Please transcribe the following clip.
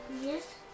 Yes